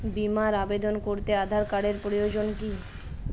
বিমার আবেদন করতে আধার কার্ডের প্রয়োজন কি?